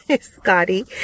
Scotty